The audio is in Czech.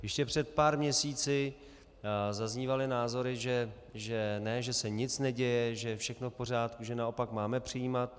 Ještě před pár měsíci zaznívaly názory, ne, že se nic neděje, že je všechno s pořádku, že naopak máme přijímat.